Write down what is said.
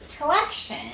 collection